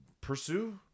Pursue